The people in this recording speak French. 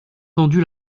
tendu